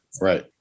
right